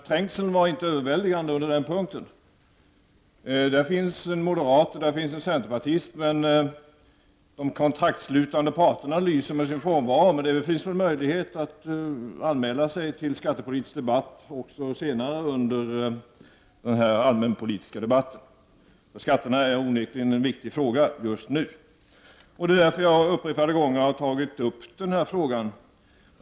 Trängseln av talare under den punkten var dock inte överväldigande. Där finns en moderat och en centerpartist. De kontraktsslutande parterna lyser med sin frånvaro. Men det finns väl möjlighet att anmäla sig till skattepolitisk debatt också senare under denna allmänpolitiska debatt. Skatterna är onekligen en viktig fråga just nu. Det är därför jag upprepade gånger har tagit upp den frågan.